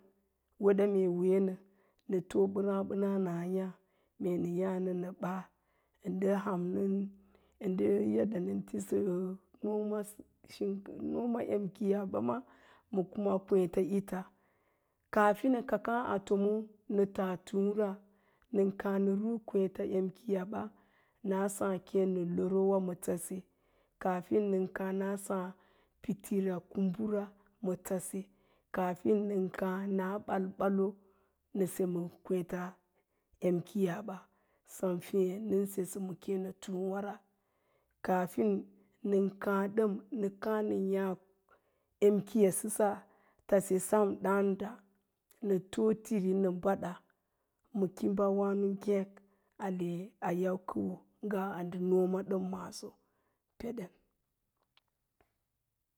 Yi wáánə weɗe mee weenə nə to bəráá ɓəna na yá nə ɓaa nɗa ham nən, ə ndə yadda nən isa noma sink noma em kiiyaɓa a ma kuma kwééta’ ita kaafin ka káá a fomo nə taa túúra nən káá nə noo em kiiyaɓa naa sáá kéé lorowa ma tase, kaafin nən káá na sáá pitara kumbura ma tase, kaafin nən káá na ɓal ɓalo nə se ma kwééte em kiiyaba ta, sem féé nən sesə ma túúwara kaafin nən káá nə yá em kiiyasəsa tase sem ɗáánda nə tii tiri nə baɗa ma kimba wáno ngék ale a yau kəuwo ngaa ə ndə noma ɗəm maaso peɗen